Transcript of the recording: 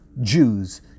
Jews